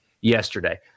yesterday